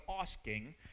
asking